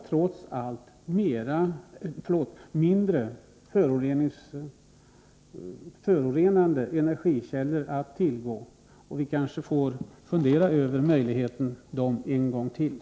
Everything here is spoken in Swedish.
Trots allt har vi mindre förorenande energikällor att tillgå, och vi får kanske en gång till fundera över möjligheten att utnyttja dem.